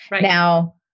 Now